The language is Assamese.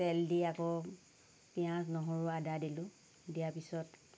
তেল দি আকৌ পিঁয়াজ নহৰু আদা দিলোঁ দিয়াৰ পিছত